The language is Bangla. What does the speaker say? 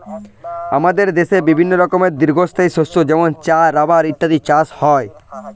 আমাদের দেশে বিভিন্ন রকমের দীর্ঘস্থায়ী শস্য যেমন চা, রাবার ইত্যাদির চাষ হয়